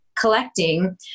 collecting